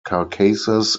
carcasses